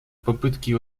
попытки